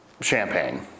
Champagne